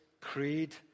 creed